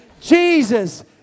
Jesus